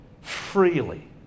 Freely